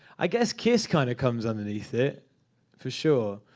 i guess kiss kind of comes underneath it for sure.